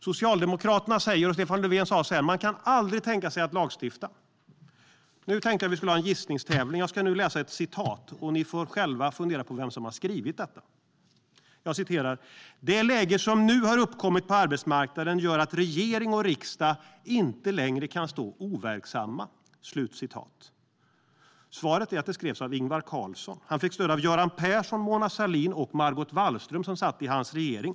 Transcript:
Socialdemokraterna och Stefan Löfven säger att man aldrig kan tänka sig att lagstifta. Nu tänkte jag att vi skulle ha en gissningstävling. Jag ska läsa upp ett citat. Ni får själva fundera på vem som har skrivit detta: "Det läge som nu uppkommit på arbetsmarknaden gör att regering och riksdag inte längre kan stå overksamma." Rätt svar är att Ingvar Carlsson skrev det. Han fick stöd av Göran Persson, Mona Sahlin och Margot Wallström som satt i hans regering.